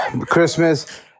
Christmas